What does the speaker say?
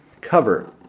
cover